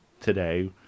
today